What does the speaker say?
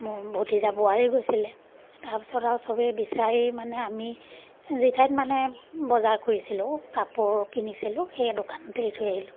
মোৰ ভতিজা বোৱাৰী গৈছিলে তাৰপিছত আৰু চবেই বিচাৰি মানে আমি যিঠাইত মানে বজাৰ কৰিছিলোঁ কাপোৰ কিনিছিলোঁ সেই দোকানতেই এৰি থৈ আহিলোঁ